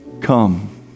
come